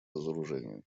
разоружению